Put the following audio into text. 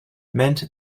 meant